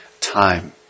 time